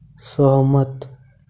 सहमत